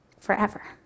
forever